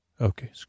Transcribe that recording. Okay